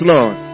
Lord